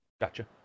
Gotcha